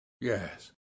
yes